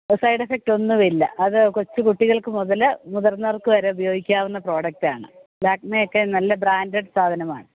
side effect ഒന്നുമില്ല അത് കൊച്ച് കുട്ടികൾക്കു മുതൽ മുതിർന്നവർക്ക് വരെ ഉപയോഗിക്കാവുന്ന പ്രോഡക്റ്റാണ് ലാക്മെ ഒക്കെ നല്ല ബ്രാൻ്റഡ് സാധനമാണ്